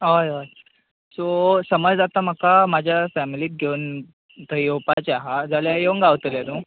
हय हय सो समज आता म्हाका म्हजा फॅमिलीक घेवन थंय येवपाचे आहा जाल्यार येवंक गावतले नू